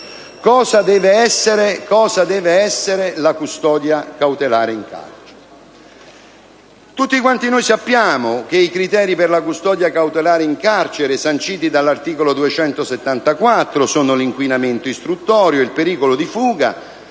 cosa deve essere la custodia cautelare in carcere?